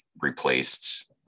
replaced